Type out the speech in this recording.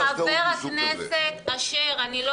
חבר הכנסת אשר, אני לא